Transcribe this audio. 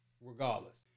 regardless